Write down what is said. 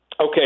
Okay